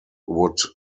would